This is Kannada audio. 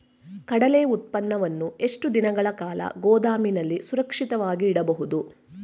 ಕಡ್ಲೆ ಉತ್ಪನ್ನವನ್ನು ಎಷ್ಟು ದಿನಗಳ ಕಾಲ ಗೋದಾಮಿನಲ್ಲಿ ಸುರಕ್ಷಿತವಾಗಿ ಇಡಬಹುದು?